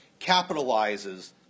capitalizes